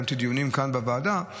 קיימתי דיונים כאן בוועדה.